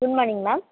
good morning ma'am